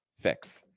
fix